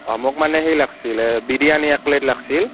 অ' মোক মানে সেই লাগিছিল বিৰয়ানী এক প্লে'ট লাগিছিল